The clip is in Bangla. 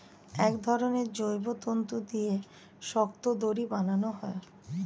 এক ধরনের জৈব তন্তু দিয়ে শক্ত দড়ি বানানো হয়